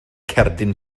cerdyn